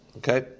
okay